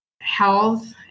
health